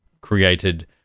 created